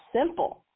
simple